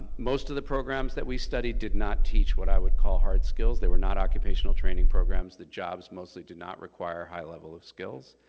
most of the programs that we studied did not teach what i would call hard skills, they were not occupational training programs. the jobs mostly did not require high level of skills.